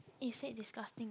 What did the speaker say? is it disgusting